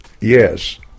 Yes